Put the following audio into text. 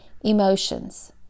emotions